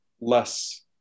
less